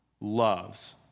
loves